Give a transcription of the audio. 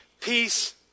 Peace